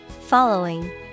Following